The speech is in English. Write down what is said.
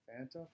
Fanta